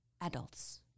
adults